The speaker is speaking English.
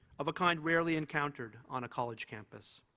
of a kind rarely encountered on a college campus.